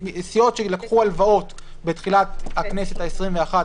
סיעות שלקחו הלוואות בתחילת הכנסת העשרים-ואחת,